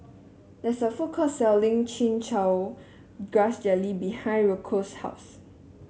there is a food court selling Chin Chow Grass Jelly behind Roscoe's house